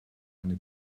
eine